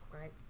Right